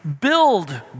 build